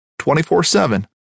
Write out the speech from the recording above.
24-7